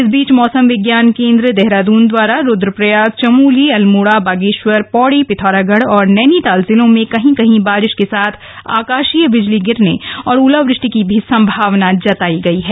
इस बीच मौसम विज्ञान केंद्र देहरादून द्वारा रुद्वप्रयाग चमोली अर्ल्मोड़ा बागे वर पौड़ी पिथौरागढ़ और नैनीताल जिलों में कहीं कहीं बारिश के साथ आकाशीय बिजली गिरने और ओलावृश्टि की भी संभावना जताई है